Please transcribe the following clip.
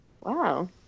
Wow